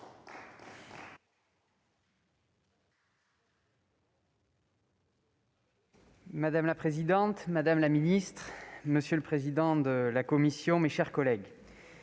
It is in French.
Madame la présidente, madame la ministre, monsieur le président de la commission, mes chers collègues,